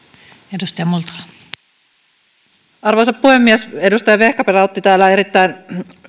arvoisa puhemies edustaja vehkaperä otti täällä erittäin